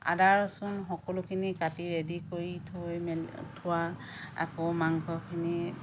আদা ৰচুন সকলোখিনি কাটি ৰেডি কৰি ধুই মেলি থোৱা আকৌ মাংসখিনি